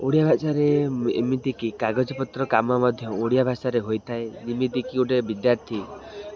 ଓଡ଼ିଆ ଭାଷାରେ ଏମିତି କି କାଗଜପତ୍ର କାମ ମଧ୍ୟ ଓଡ଼ିଆ ଭାଷାରେ ହୋଇଥାଏ ଯେମିତି କି ଗୋଟେ ବିଦ୍ୟାର୍ଥୀ